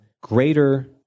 greater